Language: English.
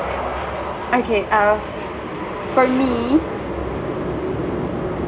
okay uh for me